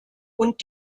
und